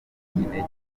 intege